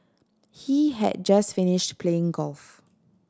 he had just finished playing golf